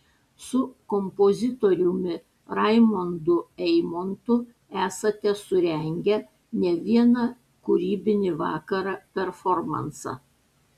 su kompozitoriumi raimundu eimontu esate surengę ne vieną kūrybinį vakarą performansą